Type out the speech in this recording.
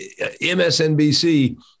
MSNBC